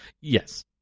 Yes